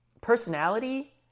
personality